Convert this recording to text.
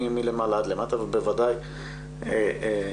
מלמעלה עד למטה ובוודאי בממונים